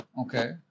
Okay